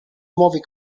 nuovi